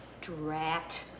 Drat